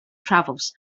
travels